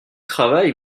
travail